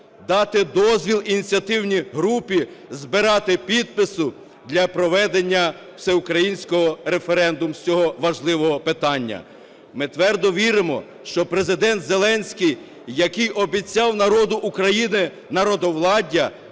дати дозвіл ініціативній групі збирати підписи для проведення всеукраїнського референдуму з цього важливого питання. Ми твердо віримо, що Президент Зеленський, який обіцяв народу України народовладдя,